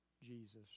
Jesus